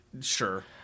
sure